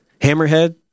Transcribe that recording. Hammerhead